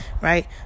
right